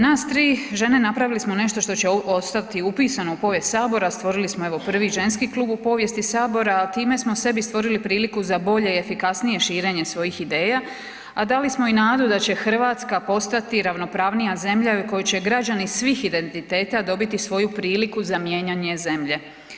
Nas tri žene napravile smo nešto što će ostati upisano u povijest Sabora, stvorili smo evo prvi ženski klub u povijesti Sabora, a time smo sebi stvorili priliku za bolje i efikasnije širenje svojih ideja, a dali smo i nadu da će Hrvatska postati ravnopravnija zemlja u kojoj će građani svih identiteta dobiti svoju priliku za mijenjanje zemlje.